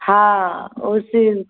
हाँ उसी